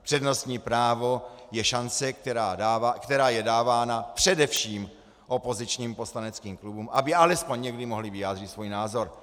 Přednostní právo je šance, která je dávána především opozičním poslaneckým klubům, aby alespoň někdy mohly vyjádřit svůj názor.